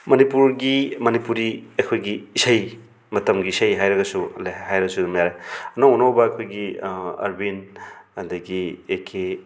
ꯃꯅꯤꯄꯨꯔꯒꯤ ꯃꯅꯤꯄꯨꯔꯤ ꯑꯩꯈꯣꯏꯒꯤ ꯏꯁꯩ ꯃꯇꯝꯒꯤ ꯏꯁꯩ ꯍꯥꯏꯔꯒꯁꯨ ꯍꯥꯏꯔꯁꯨ ꯑꯗꯨꯝ ꯌꯥꯔꯦ ꯑꯅꯧ ꯑꯅꯧꯕ ꯑꯩꯈꯣꯏꯒꯤ ꯑꯥꯔꯕꯤꯟ ꯑꯗꯒꯤ ꯑꯦ ꯀꯦ